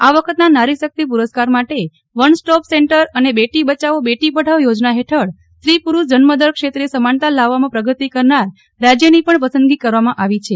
આ વખતના નારીશક્તિ પુરસ્કાર માટે વન સ્ટોપ સેન્ટર અને બેટી બચાવો બેટી પઢાઓ યોજના હેઠળ સ્ત્રી પુરૂષ જન્મદર ક્ષેત્રે સમાનતા લાવવામાં પ્રગતી કરનાર રાજયની પણ પસંદગી કરવામાં આવી છે